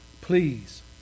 please